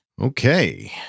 okay